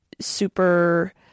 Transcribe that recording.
super